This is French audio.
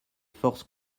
forces